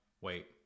Wait